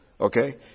Okay